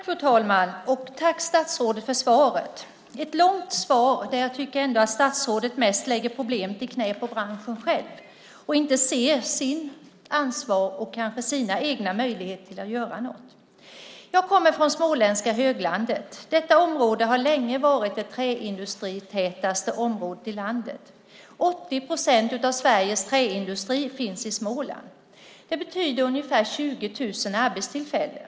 Fru talman! Tack, statsrådet, för svaret! Det är ett långt svar där jag tycker att statsrådet mest lägger problemen i knät på branschen och inte ser sitt ansvar och sina egna möjligheter att göra något. Jag kommer från Småländska höglandet. Detta område har länge varit det träindustritätaste området i landet. 80 procent av Sveriges träindustri finns i Småland. Det betyder ungefär 20 000 arbetstillfällen.